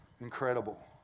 Incredible